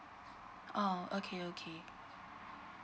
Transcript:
oh okay okay